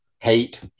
hate